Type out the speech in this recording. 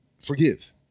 forgive